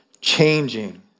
changing